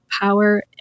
power